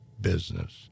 business